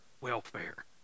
welfare